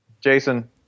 Jason